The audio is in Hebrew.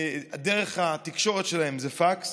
דרך התקשורת שלהם זה פקס.